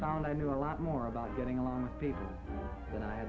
found i knew a lot more about getting along and i